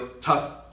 tough